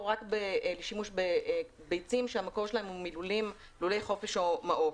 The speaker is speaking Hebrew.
לשימוש בביצים שהמקור שלהם הוא מלולי חופש או מעוף.